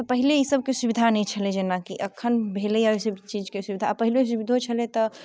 तऽ पहिले ई सभके सुबिधा नहि छलै जेनाकि अखन भेलैया एहि सभचीज के सुबिधा पहिले सुबिधो छलै तऽ